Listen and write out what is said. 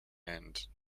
and